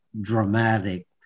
dramatic